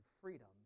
freedom